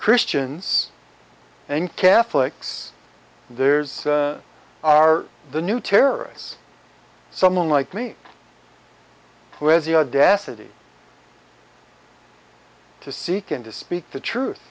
christians and catholics there's are the new terrorists someone like me who has the audacity to seek and to speak the truth